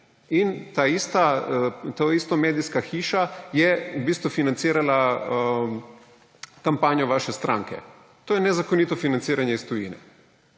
In ta ista medijska hiša je v bistvu financirala kampanjo vaše stranke. To je nezakonito financiranje iz tujine.